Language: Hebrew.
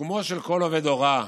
מיקומו של כל עובד הוראה